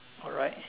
alright